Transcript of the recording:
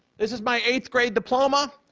this is my eighth grade diploma.